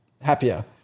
happier